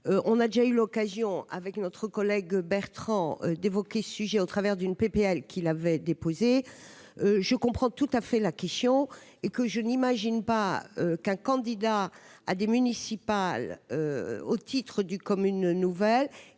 on a déjà eu l'occasion avec notre collègue Bertrand d'évoquer les sujets au travers d'une PPL qui l'avait déposée. Je comprends tout à fait l'acquisition et que je n'imagine pas qu'un candidat à des municipales au titre du une nouvelle